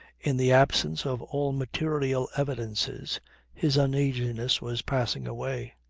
in the absence of all material evidences his uneasiness was passing away.